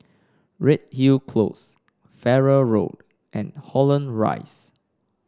Redhill Close Farrer Road and Holland Rise